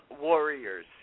warriors